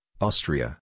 Austria